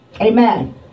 Amen